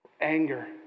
anger